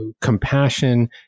compassion